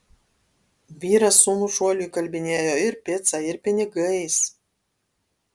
vyras sūnų šuoliui įkalbinėjo ir pica ir pinigais